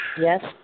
Yes